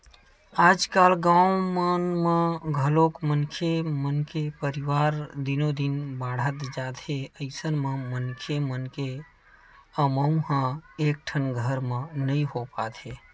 आजकाल गाँव मन म घलोक मनखे के परवार दिनो दिन बाड़हत जात हे अइसन म मनखे मन के अमाउ ह एकेठन घर म नइ हो पात हे